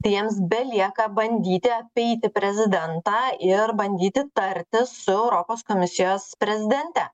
tai jiems belieka bandyti apeiti prezidentą ir bandyti tartis su europos komisijos prezidente